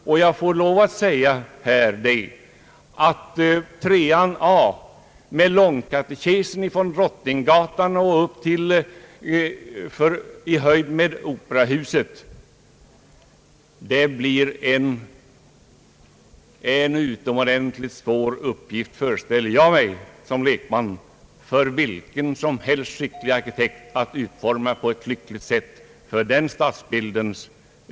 Som lekman föreställer jag mig att alternativ 3 a, med »långkatekesen» från Drottninggatan till i höjd med operahuset, erbjuder en utomordentligt svår uppgift för vilken skicklig arkitekt som helst då det gäller att på ett lyckligt sätt utforma framtidens stadsbild.